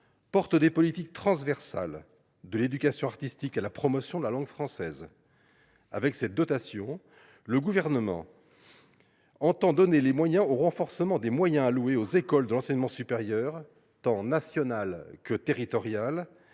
comprend des politiques transversales, allant de l’éducation artistique à la promotion de la langue française. Avec cette dotation, le Gouvernement entend non seulement renforcer les moyens alloués aux écoles de l’enseignement supérieur, tant nationales que territoriales,